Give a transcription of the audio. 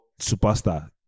Superstar